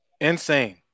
Insane